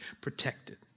protected